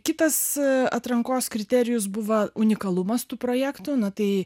kitas atrankos kriterijus buvo unikalumas tų projektų nu tai